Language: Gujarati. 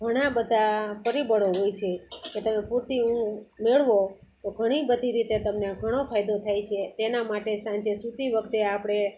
ઘણા બધા પરિબળો હોય છે કે તમે પૂરતી ઊંઘ મેળવો તો ઘણી બધી રીતે તમને ઘણો ફાયદો થાય છે તેના માટે સાંજે સૂતી વખતે આપણે